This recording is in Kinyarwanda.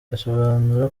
asobanura